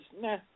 Nah